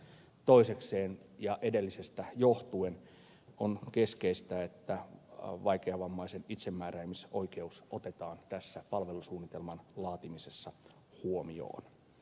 toisekseen ja edellisestä johtuen on keskeistä että vaikeavammaisen itsemääräämisoikeus otetaan palvelusuunnitelman laatimisessa huomioon